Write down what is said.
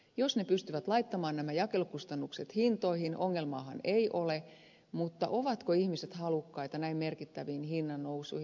jos ne pystyvät laittamaan nämä jakelukustannukset hintoihin ongelmaahan ei ole mutta ovatko ihmiset halukkaita näin merkittäviin hinnannousuihin